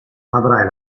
avrai